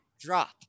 drop